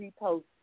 repost